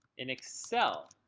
in excel,